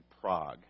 Prague